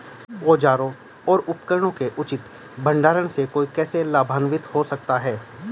औजारों और उपकरणों के उचित भंडारण से कोई कैसे लाभान्वित हो सकता है?